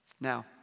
Now